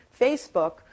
Facebook